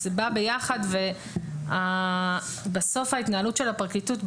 זה בא ביחד ובסוף ההתנהלות של הפרקליטות,